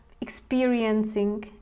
experiencing